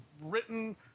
written